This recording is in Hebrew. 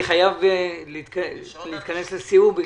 אני חייב להתכנס לסיום,